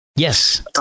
Yes